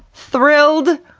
thrilled!